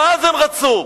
מה אז הם רצו?